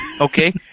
Okay